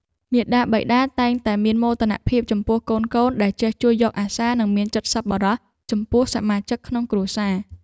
មាតាបិតាតែងតែមានមោទនភាពចំពោះកូនៗដែលចេះជួយយកអាសារនិងមានចិត្តសប្បុរសចំពោះសមាជិកក្នុងគ្រួសារ។